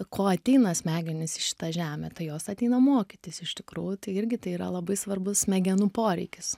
ko ateina smegenys į šitą žemę tai jos ateina mokytis iš tikrųjų tai irgi tai yra labai svarbus smegenų poreikis